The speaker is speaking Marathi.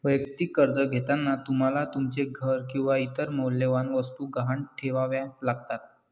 वैयक्तिक कर्ज घेताना तुम्हाला तुमचे घर किंवा इतर मौल्यवान वस्तू गहाण ठेवाव्या लागतात